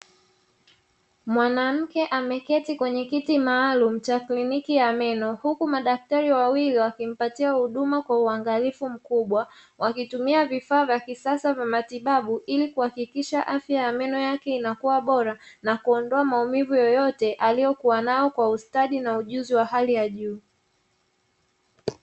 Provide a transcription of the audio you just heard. Mwanamke ameketi kwenye viti maalumu cha kliniki ya meno huku madaktari wawili wakimpatia huduma kwa uangalifu mkubwa, wakitumia vifaa vya kisasa vya matibabu ili kuhakikisha afya ya meno yake inakua bora na kuondoa maumivu yoyote aliyokuwa nayo kwa ustadi na ujuzi wa hali ya juu.